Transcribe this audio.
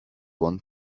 won